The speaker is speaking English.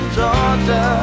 Georgia